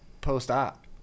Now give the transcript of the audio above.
post-op